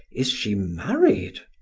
is she married?